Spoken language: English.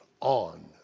on